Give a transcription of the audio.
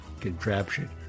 contraption